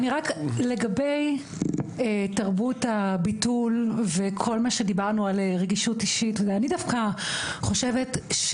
לגבי תרבות הביטול וכל מה שדיברנו על רגישות אישית ואני דווקא חושבת,